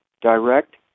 Direct